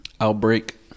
Outbreak